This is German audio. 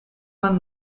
man